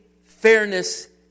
fairness